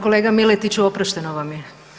Kolega Miletiću oprošteno vam je.